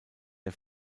der